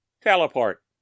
Teleport